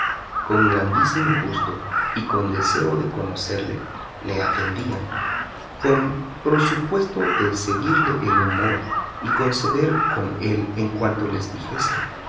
con grandísimo gusto y con deseo de conocerle le atendían con prosupuesto de seguirle el humor y conceder con él en cuanto les dijese